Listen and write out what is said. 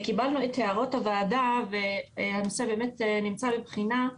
קיבלנו את הערות הוועדה והנושא נמצא בבחינה.